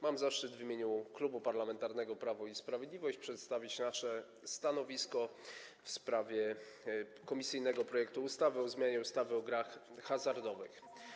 Mam zaszczyt w imieniu Klubu Parlamentarnego Prawo i Sprawiedliwość przedstawić nasze stanowisko w sprawie komisyjnego projektu ustawy o zmianie ustawy o grach hazardowych.